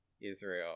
israel